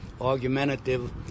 argumentative